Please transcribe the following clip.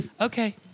okay